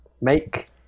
make